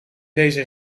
deze